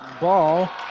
ball